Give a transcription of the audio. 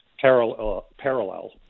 parallel